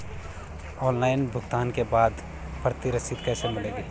Online bill भुगतान के बाद प्रति रसीद कैसे मिलेगी?